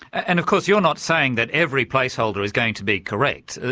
and of course you're not saying that every placeholder is going to be correct.